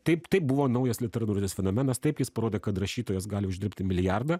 taip tai buvo naujas literatūrinis fenomenas taip jis parodė kad rašytojas gali uždirbti milijardą